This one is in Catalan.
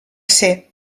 ser